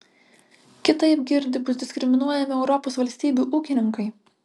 kitaip girdi bus diskriminuojami europos valstybių ūkininkai